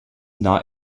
not